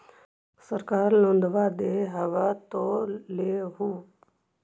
सरकार लोन दे हबै तो ले हो?